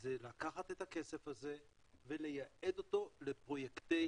זה לקחת את הכסף הזה ולייעד אותו לפרויקטי